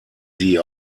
sie